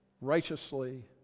righteously